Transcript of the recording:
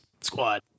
squad